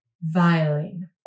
violin